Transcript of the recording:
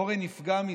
אורן נפגע מזה.